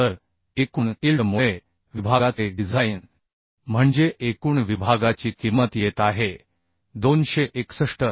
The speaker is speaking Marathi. तर एकूण इल्ड मुळे विभागाचे डिझाइन म्हणजे एकूण विभागाची किमत येत आहे 261